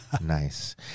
nice